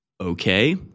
Okay